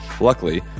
Luckily